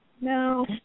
No